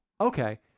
okay